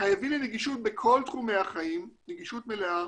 חייבים נגישות בכל תחומי החיים, נגישות מלאה,